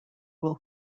will